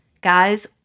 Guys